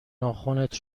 ناخنت